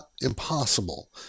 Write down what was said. impossible